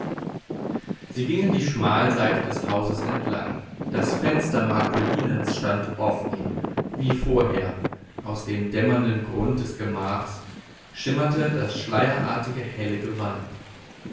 sie gingen die schmalseite des hauses entlang das fenster marcolinens stand offen wie vorher aus dem dämmernden grund des gemachs schimmerte das schleierartige helle gewand